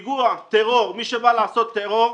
פיגוע, טרור מי שבא לעשות טרור,